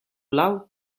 blau